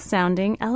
Sounding